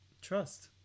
trust